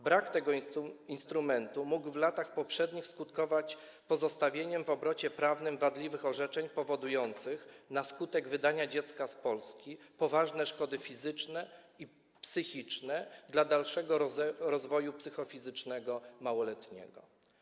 Brak tego instrumentu mógł w latach poprzednich skutkować pozostawieniem w obrocie prawnym wadliwych orzeczeń powodujących, na skutek wydania dziecka z Polski, poważne szkody fizyczne i psychiczne na dalszym rozwoju psychofizycznym małoletniego.